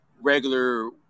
regular